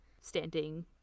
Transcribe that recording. standing